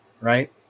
right